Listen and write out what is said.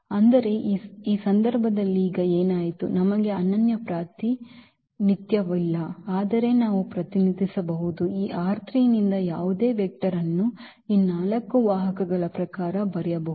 ಆದರೆ ಈ ಸಂದರ್ಭದಲ್ಲಿ ಈಗ ಏನಾಯಿತು ನಮಗೆ ಅನನ್ಯ ಪ್ರಾತಿನಿಧ್ಯವಿಲ್ಲ ಆದರೆ ನಾವು ಪ್ರತಿನಿಧಿಸಬಹುದು ಈ ನಿಂದ ಯಾವುದೇ ವೆಕ್ಟರ್ ಅನ್ನು ಈ ನಾಲ್ಕು ವಾಹಕಗಳ ಪ್ರಕಾರ ಬರೆಯಬಹುದು